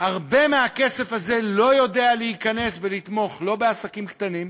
הרבה מהכסף הזה לא יודע להיכנס ולתמוך לא בעסקים קטנים,